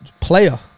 player